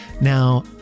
Now